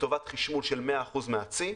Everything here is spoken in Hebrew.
לטובת חשמול של 100% מהצי.